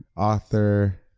author,